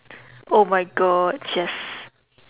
oh my god jace